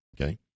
Okay